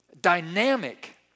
dynamic